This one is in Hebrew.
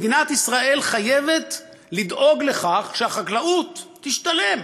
מדינת ישראל חייבת לדאוג לכך שהחקלאות תשתלם.